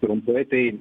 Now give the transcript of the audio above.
trumpai tai